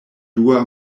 dua